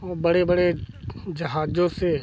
वह बड़े बड़े जहाजों से